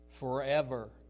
Forever